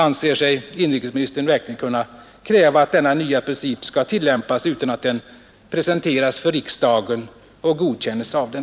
Anser sig inrikesministern verkligen kunna kräva att denna nya princip skall tillämpas utan att den presenteras för riksdagen och godkännes av den?